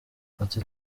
ati